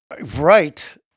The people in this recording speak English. right